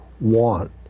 want